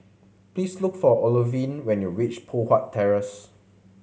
please look for Olivine when you reach Poh Huat Terrace